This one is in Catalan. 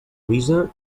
avisa